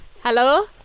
Hello